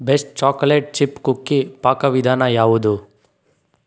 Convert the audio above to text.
best chocolate chip cookie ಪಾಕವಿಧಾನ ಯಾವುದು